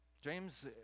James